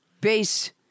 base—